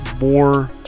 more